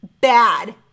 bad